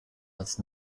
als